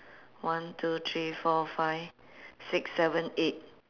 one two three four five six seven eight